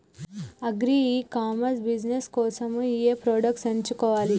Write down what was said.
Agri e commerce business కోసము ఏ products ఎంచుకోవాలి?